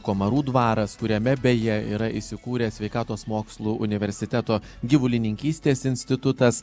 komarų dvaras kuriame beje yra įsikūrę sveikatos mokslų universiteto gyvulininkystės institutas